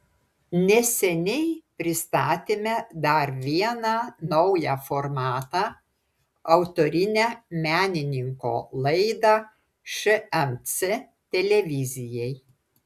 neseniai pristatėme dar vieną naują formatą autorinę menininko laidą šmc televizijai